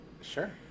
Sure